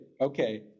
okay